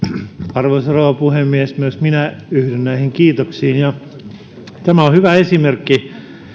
arvoisa rouva puhemies myös minä yhdyn näihin kiitoksiin tämä on hyvä esimerkki siitä